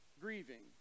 grieving